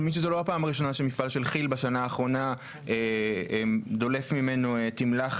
אני מבין שזה לא פעם ראשונה שמפעל של כיל בשנה האחרונה דולף ממנו תמלחת.